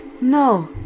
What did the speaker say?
No